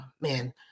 man